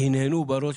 הנהנו בראש.